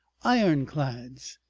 ironclads!